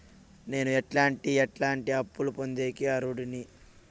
నేను ఎట్లాంటి ఎట్లాంటి అప్పులు పొందేకి అర్హుడిని?